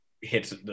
hits